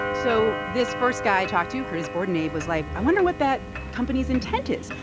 so this first guy i talked to, curtis bordenave, was like, i wonder what that company's intent is?